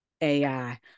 AI